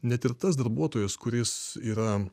net ir tas darbuotojas kuris yra